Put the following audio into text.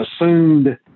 assumed